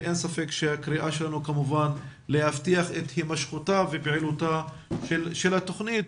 אין ספק שהקריאה שלנו היא להבטיח את הימשכותה ופעילותה של התוכנית,